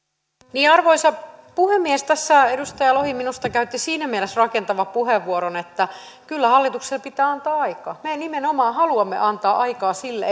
arvoisa puhemies tässä edustaja lohi minusta käytti siinä mielessä rakentavan puheenvuoron että kyllä hallitukselle pitää antaa aikaa me nimenomaan haluamme antaa aikaa sille